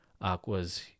Aqua's